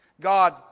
God